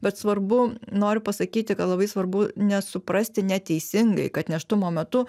bet svarbu noriu pasakyti kad labai svarbu nesuprasti neteisingai kad nėštumo metu